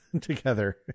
together